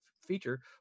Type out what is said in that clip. feature